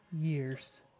years